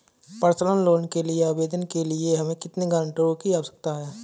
Personal loan के लिए आवेदन करने के लिए हमें कितने गारंटरों की आवश्यकता है?